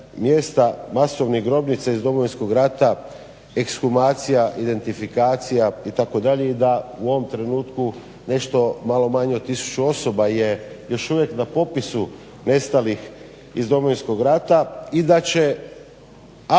mjesta masovnih grobnica iz Domovinskog rata, ekshumacija, identifikacija itd., i da u ovom trenutku nešto malo manje od 1000 osoba je još uvijek na popisu nestalih iz Domovinskog rata i da će